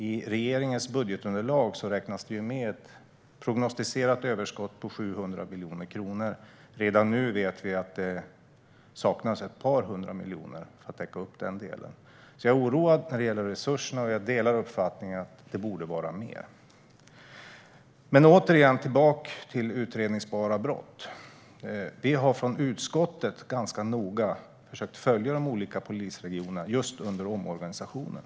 I regeringens budgetunderlag räknas det ju med ett prognostiserat överskott på 700 miljoner kronor. Redan nu vet vi att det saknas ett par hundra miljoner för att täcka upp i den delen. Jag är alltså oroad när det gäller resurserna, och jag delar uppfattningen att det borde vara mer. Tillbaka till frågan om utredningsbara brott. Vi har från utskottet ganska noga försökt följa de olika polisregionerna under omorganisationen.